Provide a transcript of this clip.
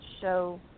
show